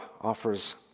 offers